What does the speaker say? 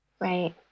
Right